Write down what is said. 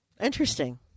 Interesting